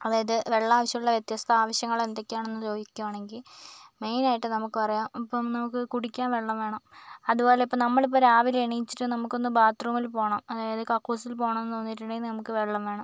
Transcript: അതായത് വെള്ളമാവശ്യമുള്ള വ്യത്യസ്ത ആവശ്യങ്ങൾ എന്തൊക്കെയാണെന്ന് ചോദിക്കുകയാണെങ്കിൽ മെയിനായിട്ട് നമുക്ക് പറയാം ഇപ്പം നമുക്ക് കുടിക്കാൻ വെള്ളം വേണം അതുപോലെ ഇപ്പം നമ്മളിപ്പോൾ രാവിലെ എണീറ്റിട്ട് നമുക്ക് ഒന്ന് ബാത് റൂമിൽ പോകണം അതായത് കക്കൂസിൽ പോകണം എന്ന് തോന്നിയിട്ടുണ്ടെങ്കിൽ നമുക്ക് വെള്ളം വേണം